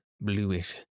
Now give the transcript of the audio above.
bluish